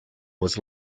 was